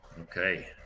okay